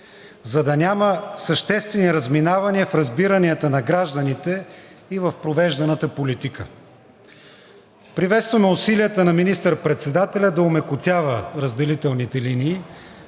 за да няма съществени разминавания в разбиранията на гражданите и в провежданата политика. Приветстваме усилията на министър-председателя да омекотява разделителните линии,